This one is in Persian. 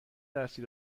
درسی